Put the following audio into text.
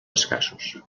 escassos